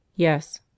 Yes